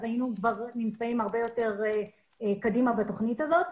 כבר היינו נמצאים הרבה יותר קדימה בתוכנית הזאת.